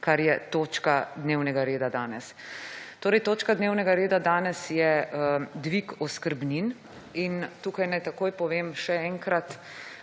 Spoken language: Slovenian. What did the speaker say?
kar je točka dnevnega reda danes. Torej točka dnevnega reda danes je dvig oskrbnin in tukaj naj takoj povem še enkrat.